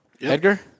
Edgar